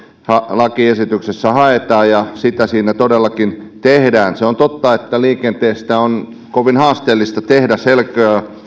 lakiesityksessä haetaan ja sitä siinä todellakin tehdään se on totta että liikenteestä on kovin haasteellista tehdä